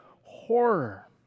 horror